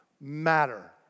matter